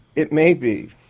it may be.